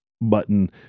button